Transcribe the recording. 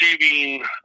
receiving